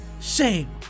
Shame